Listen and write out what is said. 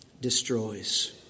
destroys